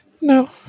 No